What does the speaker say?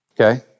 Okay